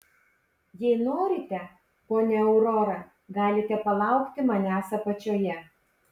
jei norite ponia aurora galite palaukti manęs apačioje